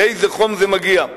לאיזה חום זה מגיע.